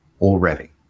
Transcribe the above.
already